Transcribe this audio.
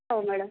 हो मॅडम